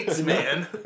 man